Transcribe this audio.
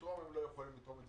לתרום הם לא יכולים לתרום את זה